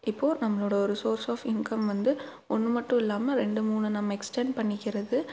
இப்போ நம்மளோடய ஒரு சோர்ஸ் ஆஃப் இன்கம் வந்து ஒன்று மட்டும் இல்லாமல் ரெண்டு மூணு நம்ம எக்ஸ்டன் பண்ணிக்கிறது